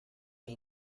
que